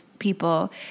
people